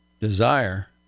desire